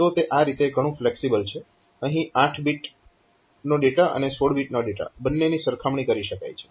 તો તે રીતે આ ઘણું ફ્લેક્સીબલ છે અહીં 8 બીટ ડેટા અને 16 બીટ ડેટા બંનેની સરખામણી કરી શકાય છે